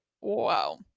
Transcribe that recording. wow